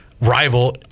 rival